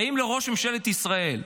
האם לראש ממשלת ישראל,